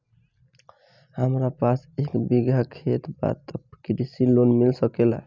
हमरा पास एक बिगहा खेत बा त कृषि लोन मिल सकेला?